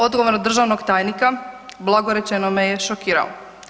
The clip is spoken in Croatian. Odgovor od državnog tajnika, blago rečeno me je šokirao.